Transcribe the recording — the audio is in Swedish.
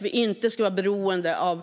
Vi ska inte vara beroende av